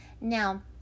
Now